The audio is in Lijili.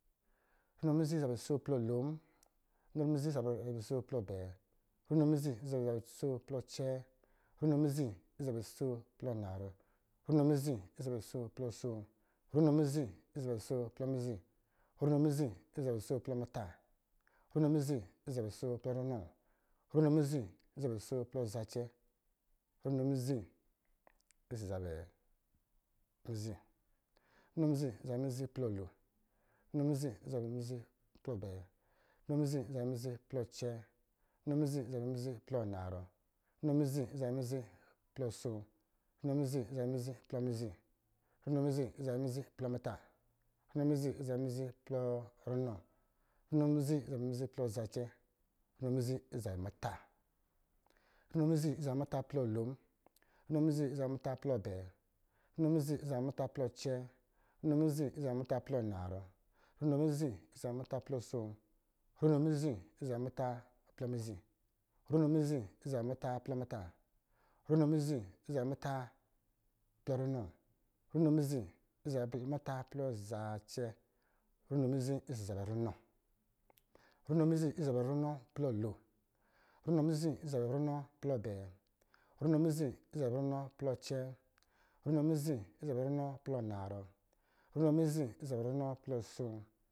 Runo mizi ɔsɔ̄ zabɛ asoo plɔ lon, runo mizi ɔsɔ̄ zabɛ asoo plɔ abɛɛ, runo mizi ɔsɔ̄ zabɛ asoo plɔ acɛɛ, runo mizi ɔsɔ̄ zabɛ asoo plɔ anarɔ, runo mizi ɔsɔ̄ zabɛ asoo plɔ asoo, runo mizi ɔsɔ̄ zabɛ asoo plɔ mizi, runo mizi ɔsɔ̄ zabɛ asoo plɔ muta, runo mizi ɔsɔ̄ zabɛ asoo plɔ runɔ, runo mizi ɔsɔ̄ zabɛ asoo plɔ zacɛ, runo mizi ɔsɔ̄ zabɛ mizi, runo mizi ɔsɔ̄ zabɛ mizi plɔ lon, runo mizi ɔsɔ̄ zabɛ mizi plɔ abɛɛ, runo mizi ɔsɔ̄ zabɛ mizi plɔ acɛɛ, runo mizi ɔsɔ̄ zabɛ mizi plɔ anarɔ, runo mizi ɔsɔ̄ zabɛ mizi plɔ asoo, runo mizi ɔsɔ̄ zabɛ mizi plɔ mizi, runo mizi ɔsɔ̄ zabɛ mizi plɔ muta, runo mizi ɔsɔ̄ zabɛ mizi plɔ renɔ, runo mizi ɔsɔ̄ zabɛ mizi plɔ zacɛɛ, runo mizi ɔsɔ̄ zabɛ mizi plɔ muta, runo mizi ɔsɔ̄ zabɛ muta, runo mizi ɔsɔ̄ zabɛ muta plɔ lon, runo mizi ɔsɔ̄ zabɛ muta plɔ abɛɛ, runo mizi ɔsɔ̄ zabɛ muta plɔ acɛɛ, runo mizi ɔsɔ̄ zabɛ muta plɔ anarɔ, runo mizi ɔsɔ̄ zabɛ muta plɔ asoo, runo mizi ɔsɔ̄ zabɛ muta plɔ mizi, runo mizi ɔsɔ̄ zabɛ muta plɔ muta, runo mizi ɔsɔ̄ zabɛ muta plɔ runɔ, runo mizi ɔsɔ̄ zabɛ muta plɔ zacɛ, runo mizi ɔsɔ̄ zabɛ runɔ, runo mizi ɔsɔ̄ zabɛ runɔ plɔ lon, runo mizi ɔsɔ̄ zabɛ runɔ plɔ abɛɛ, runo mizi ɔsɔ̄ zabɛ runɔ plɔ acɛɛ, runo mizi ɔsɔ̄ zabɛ runɔ plɔ anarɔ, runo mizi ɔsɔ̄ zabɛ runɔ plɔ aspp